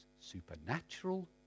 Supernatural